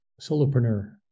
Solopreneur